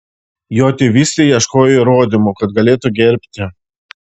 jo tėvystei ieškojo įrodymų kad galėtų gerbti